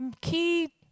key